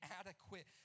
adequate